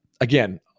again